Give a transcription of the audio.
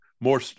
more